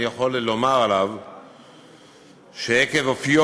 אני יכול לומר עליו שעקב אופיו,